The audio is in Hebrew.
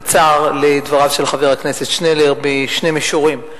דבריו של חבר הכנסת שנלר בשני מישורים.